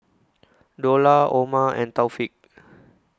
Dollah Omar and Taufik